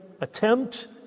attempt